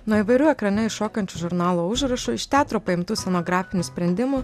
nuo įvairių ekrane iššokančių žurnalo užrašų iš teatro paimtų scenografinių sprendimų